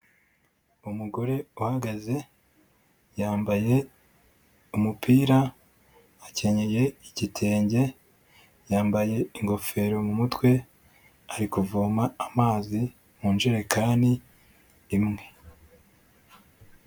Umugore uhagaze yambaye umupira, akenye igitenge, yambaye ingofero mu mutwe, ari kuvoma amazi mu njerekani imwe.